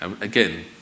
Again